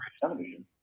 television